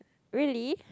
really